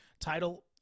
title